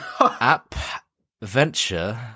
app-venture